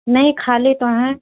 नही खाली तो हैं